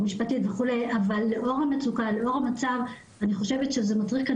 משפטית אבל לאור המצוקה ולאור המצב אני חושבת שזה מצריך כאן